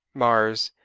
mars,